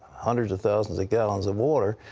hundreds of thousands of gallons of water.